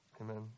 amen